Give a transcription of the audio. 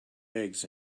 eggs